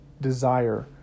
desire